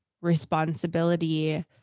responsibility